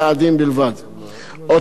שאותם יצטרכו למסור מראש.